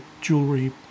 jewelry